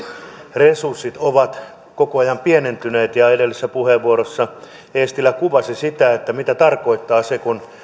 resurssit ovat koko ajan pienentyneet ja edellisessä puheenvuorossa eestilä kuvasi sitä mitä tarkoittaa se kun